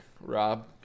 Rob